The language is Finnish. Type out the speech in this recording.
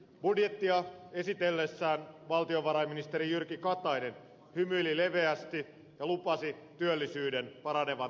budjettia esitellessään valtiovarainministeri jyrki katainen hymyili leveästi ja lupasi työllisyyden paranevan talouskasvun myötä